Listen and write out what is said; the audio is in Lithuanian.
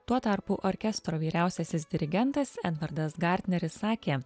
tuo tarpu orkestro vyriausiasis dirigentas edvardas gartneris sakė